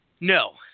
No